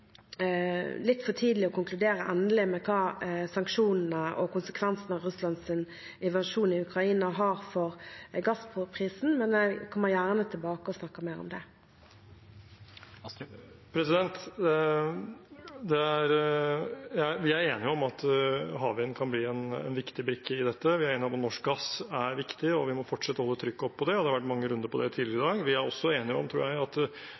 litt for tidlig å konkludere endelig på hva slags konsekvenser sanksjonene og Russlands invasjon i Ukraina har for gassprisen, men jeg kommer gjerne tilbake for å snakke mer om det. Det blir oppfølgingsspørsmål – først Nikolai Astrup. Vi er enige om at havvind kan bli en viktig brikke i dette, vi er enige om at norsk gass er viktig, og vi må fortsette å holde trykket oppe på det, og det har vært mange runder på det tidligere i dag. Vi er også enige om, tror jeg, at